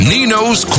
Nino's